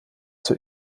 zur